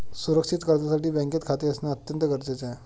सुरक्षित कर्जासाठी बँकेत खाते असणे अत्यंत गरजेचे आहे